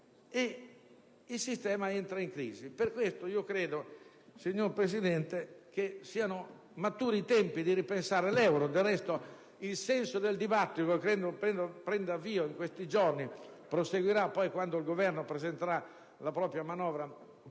sistema. Per questo credo, signora Presidente, che siano maturi i tempi per ripensare l'euro: del resto, il senso del dibattito che prende avvio in questi giorni e che proseguirà quando il Governo presenterà la propria manovra finanziaria,